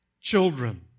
children